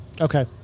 Okay